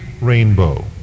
rainbow